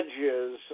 edges